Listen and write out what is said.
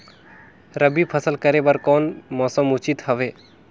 रबी फसल करे बर कोन मौसम उचित हवे?